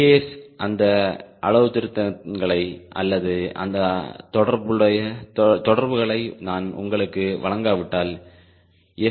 எஸ்ஸில் அந்த அளவுத்திருத்தங்களை அல்லது அந்த தொடர்புகளை நான் உங்களுக்கு வழங்காவிட்டால் எஃப்